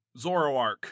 Zoroark